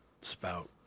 spout